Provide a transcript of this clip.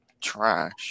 trash